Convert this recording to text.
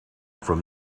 from